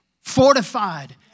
fortified